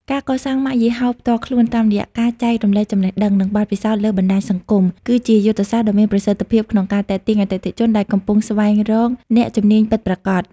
ការកសាងម៉ាកយីហោផ្ទាល់ខ្លួន តាមរយៈការចែករំលែកចំណេះដឹង និងបទពិសោធន៍លើបណ្ដាញសង្គម គឺជាយុទ្ធសាស្ត្រដ៏មានប្រសិទ្ធភាពក្នុងការទាក់ទាញអតិថិជនដែលកំពុងស្វែងរកអ្នកជំនាញពិតប្រាកដ។